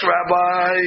Rabbi